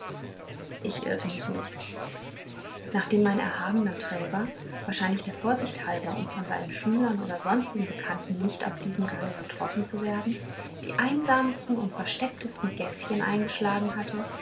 ich irrte mich nicht nachdem mein erhabener träger wahrscheinlich der vorsicht halber um von seinen schülern oder sonstigen bekannten nicht auf diesem gange getroffen zu werden die einsamsten und verstecktesten gäßchen eingeschlagen hatte